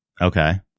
okay